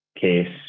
case